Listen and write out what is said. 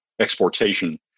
exportation